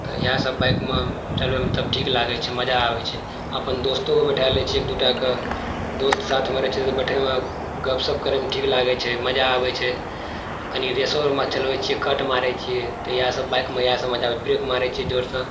तऽ इएहसभ बाइकमे चलबैमे तब ठीक लागै छै मजा आबै छै अपन दोस्तोके बैठा लै छियै एक दू टाके दोस्त साथमे रहै छै तऽ बैठयमे गपशप करयमे ठीक लागै छै मजा आबै छै कनि रेसोमे चलबै छियै कट मारैत छियै तऽ इएहसभ बाइकमे इएहसभ मजा ब्रेक मारैत छियै जोरसँ